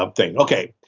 um thing. okay.